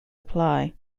apply